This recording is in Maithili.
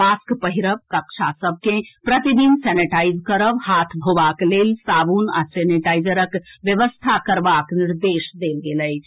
मास्क पहिरब कक्षा सभ के प्रतिदिन सेनेटाईज करब हाथ धोबाक लेल साबुन आ सेनेटाईजक व्यवस्था करबाक निर्देश देल गेल अछि